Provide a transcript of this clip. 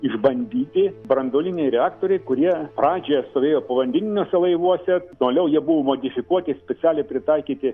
išbandyti branduoliniai reaktoriai kurie pradžioje stovėjo povandeniniuose laivuose toliau jie buvo modifikuoti specialiai pritaikyti